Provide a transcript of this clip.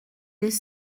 des